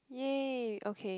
ya okay